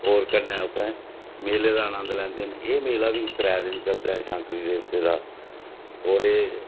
होर कन्नै उत्थें मेले दा आनंद लैंदे न एह् मेला बी त्रै दिन चलदा ऐ शैंकरी देवते दा होर एह्